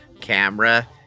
camera